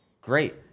great